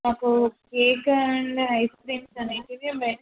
నాకు cake and ice creams అనేవి melt